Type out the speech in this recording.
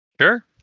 Sure